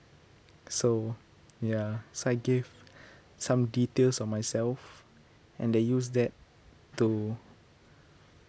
so ya so I gave some details of myself and they use that to